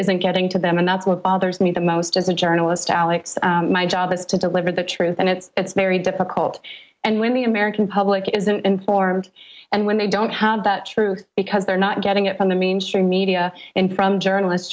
isn't getting to them and that's what bothers me the most as a journalist alex my job is to deliver the truth and it's very difficult and when the american public isn't informed and when they don't have the truth because they're not getting it from the mainstream media and from journalist